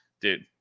dude